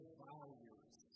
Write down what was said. values